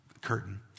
curtain